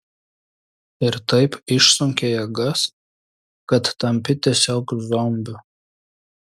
ir taip išsunkia jėgas kad tampi tiesiog zombiu